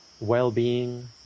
Well-being